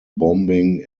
bombing